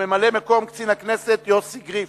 וממלא-מקום קצין הכנסת, יוסי גריף,